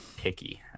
picky